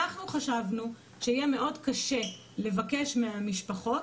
אנחנו חשבנו שיהיה מאוד קשה לבקש מהמשפחות,